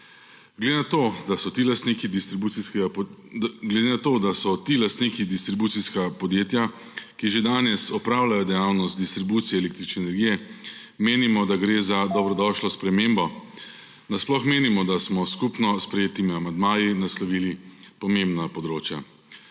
Glede na to, da so ti lastniki distribucijskega podjetja, ki že danes opravljajo dejavnost distribucije električne energije, menimo, da gre za dobrodošlo spremembo. Sploh menimo, da smo s skupno sprejetimi amandmaji naslovili pomembna področja.